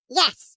yes